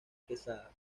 quesada